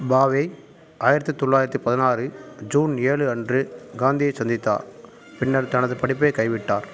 பாவே ஆயிரத்தி தொள்ளாயிரத்தி பதினாறு ஜூன் ஏழு அன்று காந்தியைச் சந்தித்தார் பின்னர் தனது படிப்பைக் கைவிட்டார்